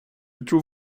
tror